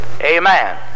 amen